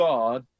God